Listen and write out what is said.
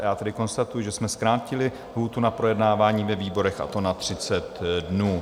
Já tedy konstatuji, že jsme zkrátili lhůtu na projednávání ve výborech, a to na 30 dnů.